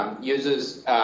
uses